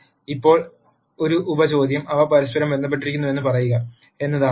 ഇപ്പോൾ ഒരു ഉപ ചോദ്യം അവ പരസ്പരം ബന്ധപ്പെട്ടിരിക്കുന്നുവെന്ന് പറയുക എന്നതാണ്